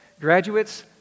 graduates